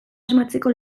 asmatzeko